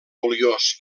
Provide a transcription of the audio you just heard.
oliós